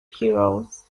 heroes